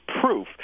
proof